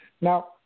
Now